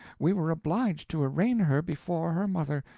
we were obliged to arraign her before her mother.